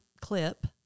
clip